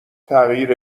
تغییر